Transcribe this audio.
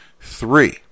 three